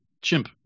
chimp